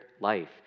life